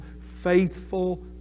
faithful